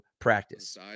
practice